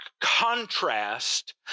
contrast